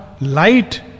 Light